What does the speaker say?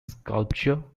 sculpture